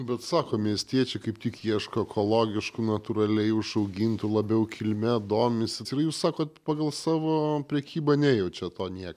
bet sako miestiečiai kaip tik ieško ekologiškų natūraliai užaugintų labiau kilme domisi ir jūs sakot pagal savo prekybą nejučiat to niek